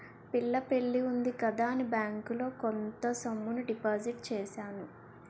పిల్ల పెళ్లి ఉంది కదా అని బ్యాంకులో కొంత సొమ్ము డిపాజిట్ చేశాను